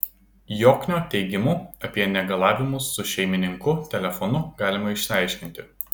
joknio teigimu apie negalavimus su šeimininku telefonu galima išsiaiškinti